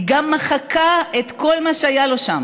היא גם מחקה את כל מה שהיה לו שם.